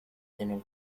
tener